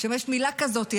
יש מילה כזאת,